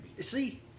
see